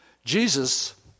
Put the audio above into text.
Jesus